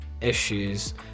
issues